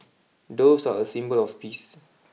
doves are a symbol of peace